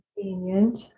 Convenient